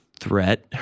threat